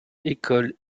écoles